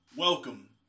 Welcome